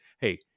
hey